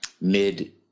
mid